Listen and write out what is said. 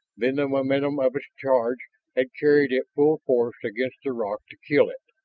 then the momentum of its charge had carried it full force against the rock to kill it.